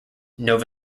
nova